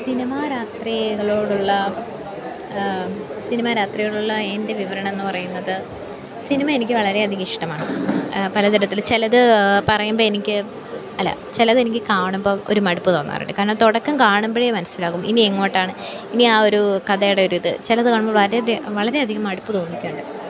cinema രാത്രികളോടുള്ള cinema രാത്രികളോടുള്ള എൻ്റെ വിവരണം എന്ന് പറയുന്നത് സിനിമ എനിക്ക് വളരെയധികം ഇഷ്ടമാണ് പലതരത്തിൽ ചിലത് പറയുമ്പോൾ എനിക്ക് അല്ല ചിലത് എനിക്ക് കാണുമ്പോൾ ഒരു മടുപ്പ് തോന്നാറുണ്ട് കാരണം തുടക്കം കാണുമ്പോഴേ മനസ്സിലാകും ഇനി ഇങ്ങോട്ടാണ് ഇനി ആ ഒരു കഥയുടെ ഒരു ഇത് ചിലത് കാണുമ്പോൾ വളരെ വളരെയധികം മടുപ്പ് തോന്നിക്കുന്നുണ്ട്